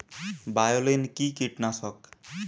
বায়োলিন কি কীটনাশক?